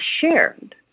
shared